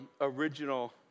original